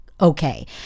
okay